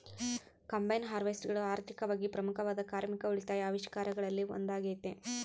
combine ಹಾರ್ವೆಸ್ಟರ್ಗಳು ಆರ್ಥಿಕವಾಗಿ ಪ್ರಮುಖವಾದ ಕಾರ್ಮಿಕ ಉಳಿತಾಯ ಆವಿಷ್ಕಾರಗಳಲ್ಲಿ ಒಂದಾಗತೆ